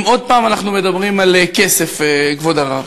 אם עוד פעם אנחנו מדברים על כסף, כבוד הרב,